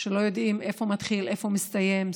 שלא יודעים איפה הוא מתחיל, איפה הוא מסתיים.